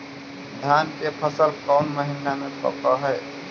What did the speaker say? धान के फसल कौन महिना मे पक हैं?